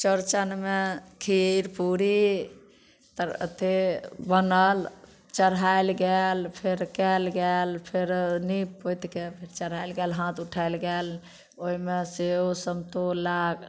चौरचनमे खीर पूरी तब अथी बनल चढ़ाएल गेल फेर कएल गेल फेर नीप पोतिके फेर चढ़ाएल गेल हाथ उठाएल गेल ओहिमे सेव समतोला